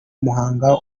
muhanga